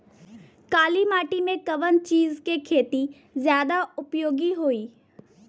काली माटी में कवन चीज़ के खेती ज्यादा उपयोगी होयी?